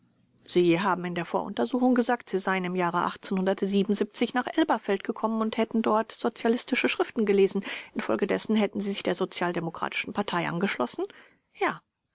sie haben in der voruntersuchung gesagt sie seien im jahre nach elberfeld gekommen und hätten dort sozialistische schriften gelesen infolgedessen hätten sie sich der sozialdemokratischen partei angeschlossen b ja